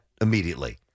immediately